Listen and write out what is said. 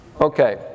okay